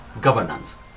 governance